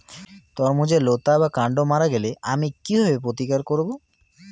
তরমুজের লতা বা কান্ড মারা গেলে আমি কীভাবে প্রতিকার করব?